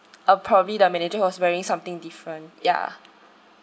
uh probably the manager was wearing something different ya